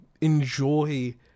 enjoy